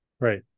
Right